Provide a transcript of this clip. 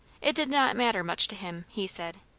it did not matter much to him, he said,